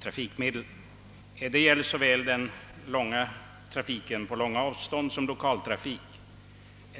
trafikmedel i anslutning till omläggningen till högertrafik. Detta gäller såväl trafiken på långa avstånd som lokaltrafiken.